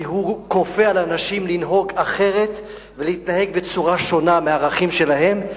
כי הוא כפה על אנשים לנהוג אחרת ולהתנהג בצורה שונה מהערכים שלהם.